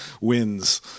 wins